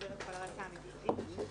שתסביר את ההיבט המקצועי.